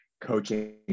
coaching